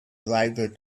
driver